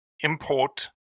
import